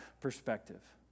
perspective